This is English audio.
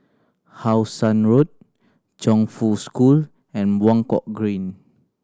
How Sun Road Chongfu School and Buangkok Green